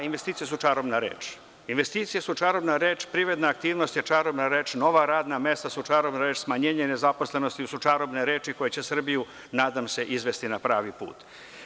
Investicije su čarobna reč, privredna aktivnost je čarobna reč, nova radna mesta su čarobna reč, smanjenje nezaposlenosti su čarobne reči koje će Srbiju, nadam se, izvesti na pravi put.